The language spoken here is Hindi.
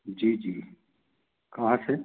जी जी कहाँ से